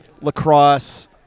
lacrosse